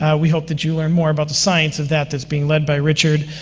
ah we hope that you learn more about the science of that, that's being led by richard,